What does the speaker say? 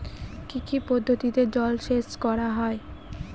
কি কি পদ্ধতিতে জলসেচ করা হয়?